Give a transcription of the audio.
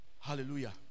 Hallelujah